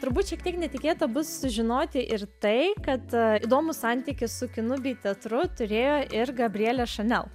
turbūt šiek tiek netikėta bus sužinoti ir tai kad įdomų santykį su kinu bei teatru turėjo ir gabrielė šanel